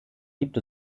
gibt